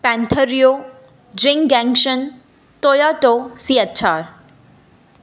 पेंथरियो जिंग जेग्शन Toyota C H R